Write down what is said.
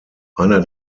einer